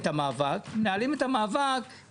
לא מתמודדים עם זה.